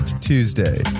Tuesday